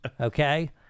okay